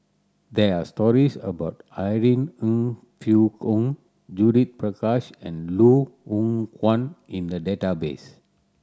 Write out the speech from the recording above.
there are stories about Irene Ng Phek Hoong Judith Prakash and Loh Hoong Kwan In the database